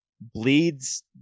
bleeds